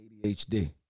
ADHD